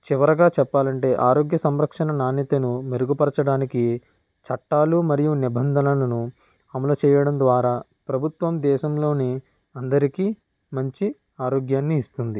చివరిగా చెప్పాలంటే ఆరోగ్య సంరక్షణ నాణ్యతను మెరుగుపరచడానికి చట్టాలు మరియు నిబంధనలను అమలు చేయడం ద్వారా ప్రభుత్వం దేశంలోని అందరికీ మంచి ఆరోగ్యాన్ని ఇస్తుంది